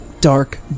dark